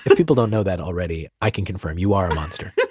but people don't know that already, i can confirm you are a monster